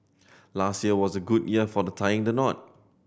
last year was a good year for the tying the knot